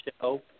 show